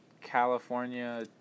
California